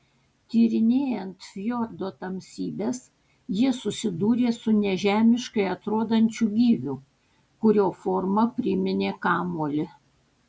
tyrinėjant fjordo tamsybes jie susidūrė su nežemiškai atrodančiu gyviu kurio forma priminė kamuolį